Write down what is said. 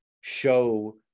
show